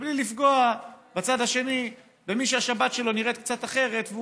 ובלי לפגוע מצד אחר במי שהשבת שלו נראית קצת אחרת והוא